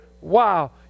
wow